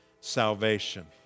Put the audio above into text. salvation